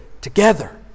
together